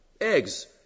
Eggs